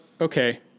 okay